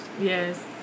Yes